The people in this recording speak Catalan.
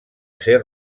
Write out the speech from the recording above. ser